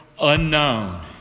unknown